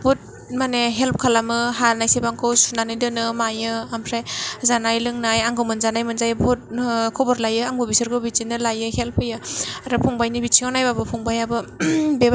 बुहुत माने हेल्प खालामो हानायसेबांखौ सुनानै दोनो मायो ओमफ्राय जानाय लोंनाय आंखौ मोनजानाय मोनजायै बुहुत खबर लायो आंबो बिसोरखौ बिदिनो लायो हेल्प होयो आरो फंबायनि बिथिङाव नायब्लाबो फंबाय आबो